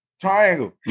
Triangle